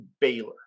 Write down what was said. Baylor